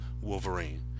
wolverine